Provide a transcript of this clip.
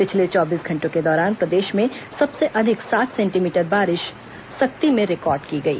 पिछले चौबीस घंटों के दौरान प्रदेश में सबसे अधिक सात सेंटीमीटर बारिश सक्ती में रिकॉर्ड की गई